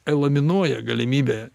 įlaminuoja galimybę